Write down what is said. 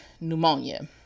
pneumonia